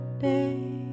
day